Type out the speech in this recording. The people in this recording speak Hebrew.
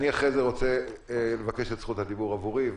אחרי זה אני רוצה לבקש את זכות הדיבור עבורי,